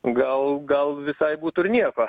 gal gal visai būtų ir nieko